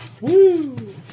Woo